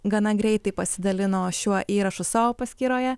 gana greitai pasidalino šiuo įrašu savo paskyroje